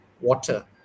water